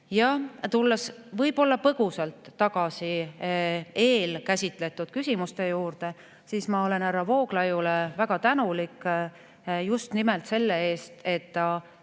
12. Tulles põgusalt tagasi eelkäsitletud küsimuse juurde, siis ma olen härra Vooglaiule väga tänulik just nimelt selle eest, et ta